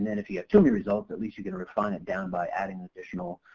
and if you have too many results at least you can refine it down by adding additional,